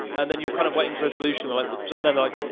and then you're kind of waiting for a solution. like then they're like,